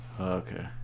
Okay